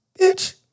Bitch